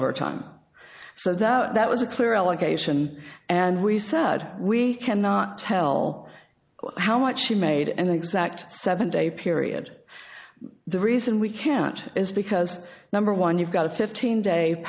overtime so that was a clear allegation and we said we cannot tell how much she made an exact seven day period the reason we can't is because number one you've got a fifteen day